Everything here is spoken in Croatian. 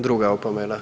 Druga opomena.